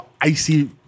icy